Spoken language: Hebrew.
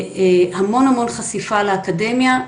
המון חשיפה לאקדמיה,